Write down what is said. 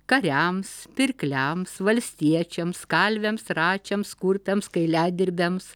kariams pirkliams valstiečiams kalviams račiams kurpiams kailiadirbiams